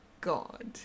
god